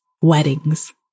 weddings